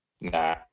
Nah